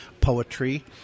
poetry